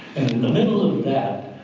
the middle of that,